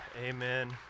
amen